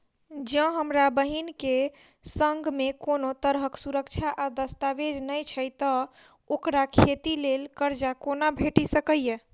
जँ हमरा बहीन केँ सङ्ग मेँ कोनो तरहक सुरक्षा आ दस्तावेज नै छै तऽ ओकरा खेती लेल करजा कोना भेटि सकैये?